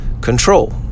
control